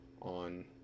on